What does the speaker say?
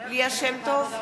ליה שמטוב,